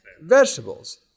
vegetables